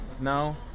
No